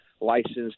licensed